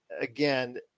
again